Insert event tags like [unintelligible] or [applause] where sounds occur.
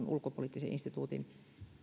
[unintelligible] ulkopoliittisen instituutin